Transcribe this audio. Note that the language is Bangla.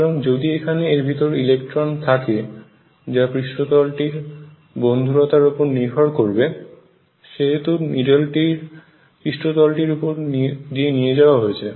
সুতরাং যদি এখানে এর ভিতরে এলেক্ট্রন থাকে যা পৃষ্ঠতলটির বন্ধুরতার ওপর নির্ভর করবে যেহেতু নিডেলটি পৃষ্ঠতলটির উপর দিয়ে নিয়ে যাওয়া হয়েছে